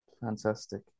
Fantastic